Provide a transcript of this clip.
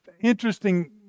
interesting